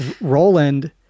Roland